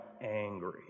angry